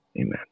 Amen